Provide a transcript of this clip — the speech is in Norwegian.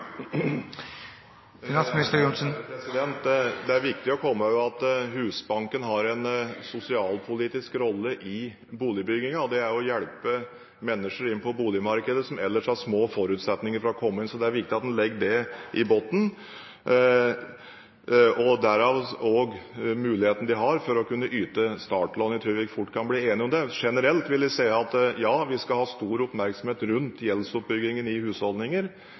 Det er viktig å få med at Husbanken har en sosialpolitisk rolle i boligbyggingen i å hjelpe mennesker inn på boligmarkedet som ellers har små forutsetninger for å komme inn der. Det er viktig at en legger det i bunnen – dertil også muligheten de har for å kunne yte startlån. Jeg tror vi fort kan bli enige om det. Generelt vil jeg si at ja, vi skal ha stor oppmerksomhet rundt gjeldsoppbyggingen i husholdninger